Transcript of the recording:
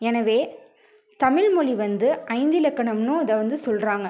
எனவே தமிழ்மொழி வந்து ஐந்திலக்கணம்னு இதை வந்து சொல்கிறாங்க